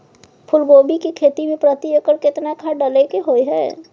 फूलकोबी की खेती मे प्रति एकर केतना खाद डालय के होय हय?